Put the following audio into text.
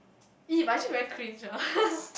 !eee! but actually very cringe ah